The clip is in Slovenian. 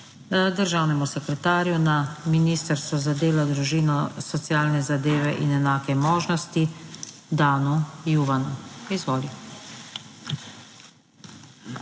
državnemu sekretarju na Ministrstvu za delo, družino, socialne zadeve in enake možnosti Dan Juvanu. Izvoli.